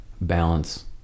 balance